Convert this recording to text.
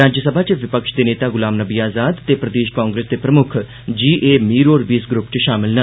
राज्यसभा च विपक्ष दे नेता गुलाम नबी आज़ाद ते प्रदेश कांग्रेस दे प्रमुक्ख जी ए मीर होर बी इस ग्रुप च शामल न